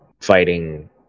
fighting